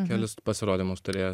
kelis pasirodymus turėjęs